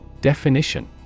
Definition